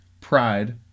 pride